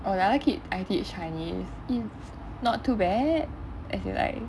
oh the other kid I teach chinese he's not too bad as in like